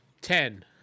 Ten